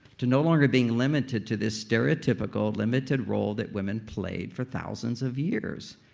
to no longer being limited to this stereotypical limited role that women played for thousands of years.